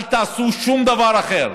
ואל תעשו שום דבר אחר,